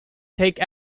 take